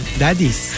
daddies